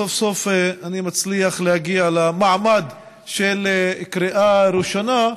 סוף-סוף אני מצליח להגיע למעמד של קריאה ראשונה.